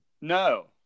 No